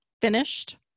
finished